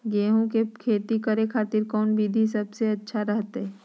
गेहूं के खेती करे खातिर कौन विधि सबसे अच्छा रहतय?